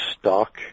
stock